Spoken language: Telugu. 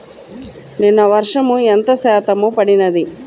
నిన్న వర్షము ఎంత శాతము పడినది?